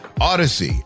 odyssey